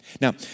Now